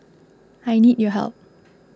I need your help